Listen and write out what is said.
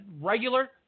regular